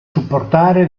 supportare